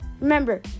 Remember